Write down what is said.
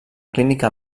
clínica